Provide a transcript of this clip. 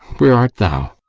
where art thou?